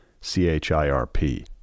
C-H-I-R-P